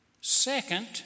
Second